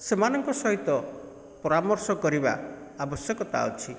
ସେମାନଙ୍କ ସହିତ ପରାମର୍ଶ କରିବା ଆବଶ୍ୟକତା ଅଛି